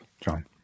John